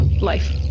life